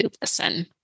listen